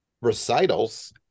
recitals